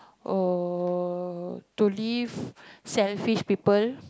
oh to leave selfish people